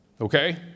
Okay